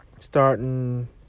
starting